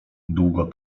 długo